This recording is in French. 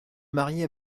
marier